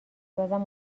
بازم